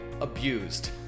abused